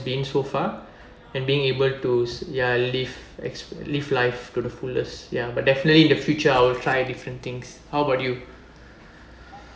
been so far and being able to ya live ex~ live life to the fullest ya but definitely in the future I will try different things how about you